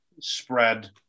Spread